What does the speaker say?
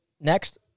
Next